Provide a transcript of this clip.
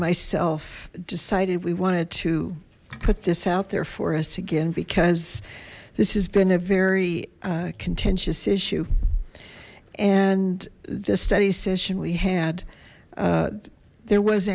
myself decided we wanted to put this out there for us again because this has been a very contentious issue and the study session we had there was